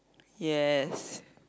yes